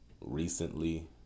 recently